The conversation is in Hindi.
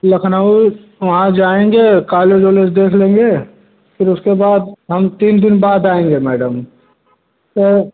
लखनऊ वहाँ जाएँगे कालेज वालेज देख लेंगे फिर उसके बाद हम तीन दिन बाद आएँगे मैडम तो